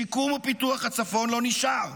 לשיקום ופיתוח הצפון לא נשאר.